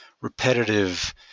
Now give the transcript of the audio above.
repetitive